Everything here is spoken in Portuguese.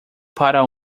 para